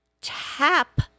tap